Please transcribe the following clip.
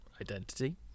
identity